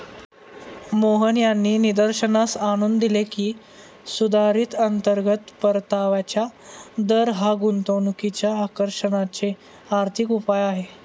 मोहन यांनी निदर्शनास आणून दिले की, सुधारित अंतर्गत परताव्याचा दर हा गुंतवणुकीच्या आकर्षणाचे आर्थिक उपाय आहे